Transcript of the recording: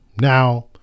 Now